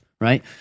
right